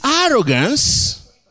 arrogance